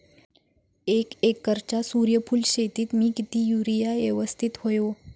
एक एकरच्या सूर्यफुल शेतीत मी किती युरिया यवस्तित व्हयो?